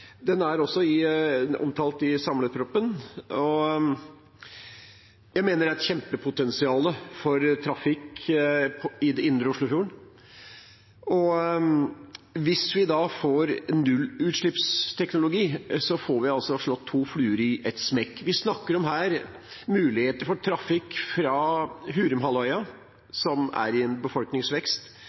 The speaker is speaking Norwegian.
Den er også omtalt i samleproposisjonen. Jeg mener det er et kjempepotensial for trafikk i indre Oslofjord. Hvis vi får nullutslippsteknologi, får vi slått to fluer i ett smekk. Vi snakker her om muligheter for trafikk fra Hurumhalvøya, som er i befolkningsvekst,